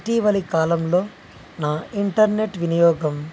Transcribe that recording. ఇటీవలి కాలంలో నా ఇంటర్నెట్ వినియోగం